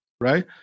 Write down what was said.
right